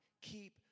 keep